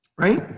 Right